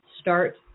start